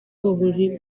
buri